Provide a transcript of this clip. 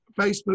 Facebook